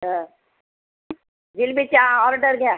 हो जिलबीच्या ऑर्डर घ्या